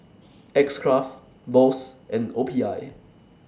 X Craft Bose and O P I